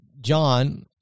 John